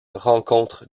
rencontre